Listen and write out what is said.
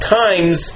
times